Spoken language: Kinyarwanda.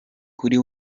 kuri